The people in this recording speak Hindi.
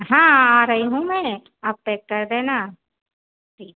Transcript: हाँ आ रही हूँ मैं आप पैक कर देना ठीक